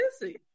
busy